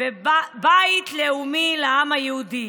בית לאומי לעם היהודי,